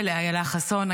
ולאיילה חסון,